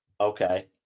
okay